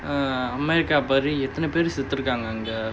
uh america பாரு எத்தனை பேரு செத்து இருகாங்க:paaru ethanai peru sethu irukkaanga